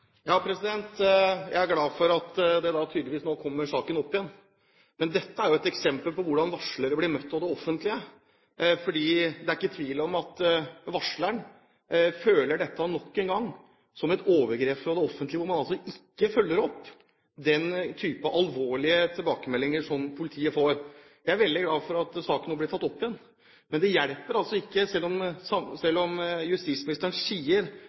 Jeg er glad for at saken nå tydeligvis kommer opp igjen, men dette er jo et eksempel på hvordan varslere blir møtt av det offentlige. Det er ikke tvil om at varsleren føler dette nok en gang som et overgrep fra det offentlige, når man ikke følger opp den type alvorlige tilbakemeldinger som politiet får. Jeg er veldig glad for at saken nå blir tatt opp igjen, men det hjelper altså ikke om